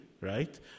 right